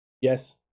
Yes